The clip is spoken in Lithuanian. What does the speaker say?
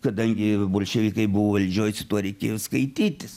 kadangi bolševikai buvo valdžioj su tuo reikėjo skaitytis